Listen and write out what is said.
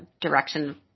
direction